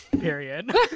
Period